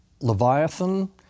Leviathan